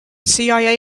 cia